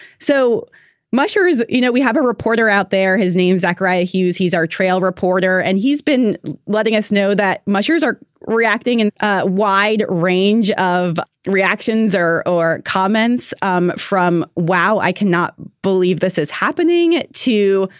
so mushers is you know, we have a reporter out there, his name, zachariah hughes. he's our trail reporter. and he's been letting us know that mushers are reacting in a wide range of reactions or or comments um from. wow. i cannot believe this is happening at too.